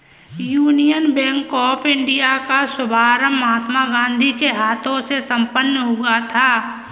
union bank of India का शुभारंभ महात्मा गांधी के हाथों से संपन्न हुआ था